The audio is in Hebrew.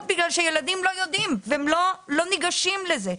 בגלל שילדים לא יודעים והם לא ניגשים לזה.